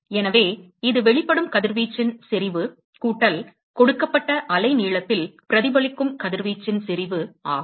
எனவே இது வெளிப்படும் கதிர்வீச்சின் செறிவு கூட்டல் கொடுக்கப்பட்ட அலைநீளத்தில் பிரதிபலிக்கும் கதிர்வீச்சின் செறிவு ஆகும்